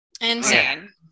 Insane